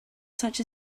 such